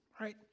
right